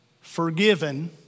forgiven